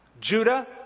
Judah